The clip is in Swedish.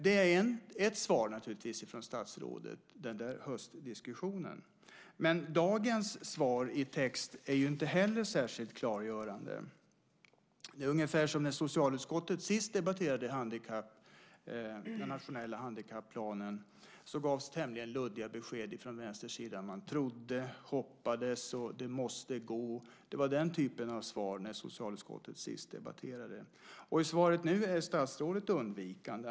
Den där höstdiskussionen är naturligtvis ett svar från statsrådet. Men texten i dagens svar är inte heller särskilt klargörande. Det är ungefär som när socialutskottet senast debatterade den nationella handikapplanen, då det gavs tämligen luddiga besked från Vänsterns sida. Man trodde, hoppades och sade att det måste gå - det var den typen av svar. I svaret nu är statsrådet undvikande.